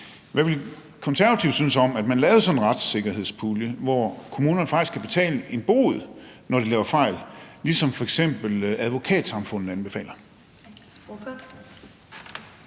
Hvad ville Konservative synes om, at man lavede sådan en retssikkerhedspulje, hvor kommunerne faktisk skal betale en bod, når de laver fejl, ligesom f.eks. Advokatsamfundet anbefaler?